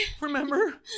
Remember